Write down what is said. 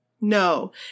No